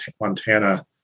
Montana